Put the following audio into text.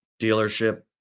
dealership